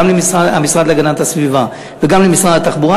גם למשרד להגנת הסביבה וגם למשרד התחבורה,